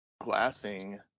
glassing